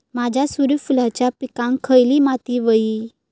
माझ्या सूर्यफुलाच्या पिकाक खयली माती व्हयी?